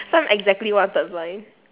so I'm exactly one third blind